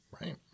right